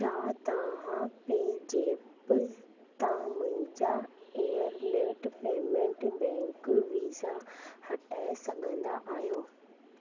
छा तव्हां पेजेप ता मुंहिंजा एयरलेट पेमेंट बैंक वीज़ा हटाए सघंदा आहियो